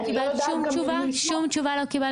לא קיבלת שום תשובה בנושא?